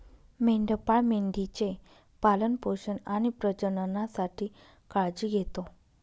मेंढपाळ मेंढी चे पालन पोषण आणि प्रजननासाठी काळजी घेतो